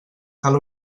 cal